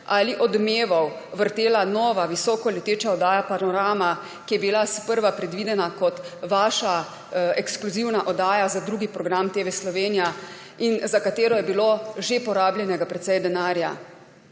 ali Odmevov vrtela nova visoko leteča oddaja Panorama, ki je bila sprva predvidena kot vaša ekskluzivna oddaja za drugi program TV Slovenija in za katero je bilo že porabljenega precej denarja.